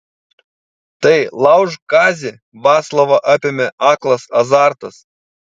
tai laužk kazį vaclovą apėmė aklas azartas